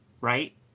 Right